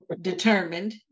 determined